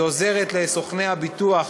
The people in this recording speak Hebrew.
היא עוזרת לסוכני הביטוח